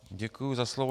Děkuji za slovo.